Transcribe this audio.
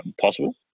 possible